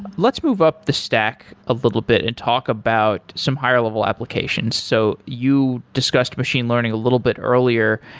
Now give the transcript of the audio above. let's move up the stack a little bit and talk about some higher level applications. so you discussed machine learning a little bit earlier.